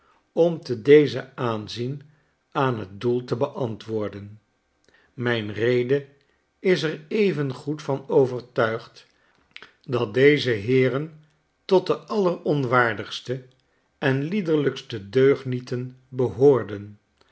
om te dezen aanzien aan t doel te beantwoorden mijn rede is er evengoed van overtuigd dat dezeheeren onder de alleronwaardigste en liederlijkste deugnieten behoorden